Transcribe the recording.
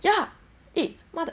ya eh what the